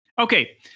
Okay